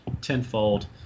tenfold